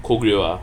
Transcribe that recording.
korea ah